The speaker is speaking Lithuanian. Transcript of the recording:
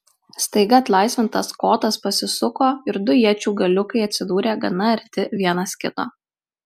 staiga atlaisvintas kotas pasisuko ir du iečių galiukai atsidūrė gana arti vienas kito